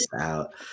out